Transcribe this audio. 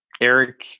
Eric